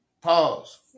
pause